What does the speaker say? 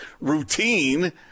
routine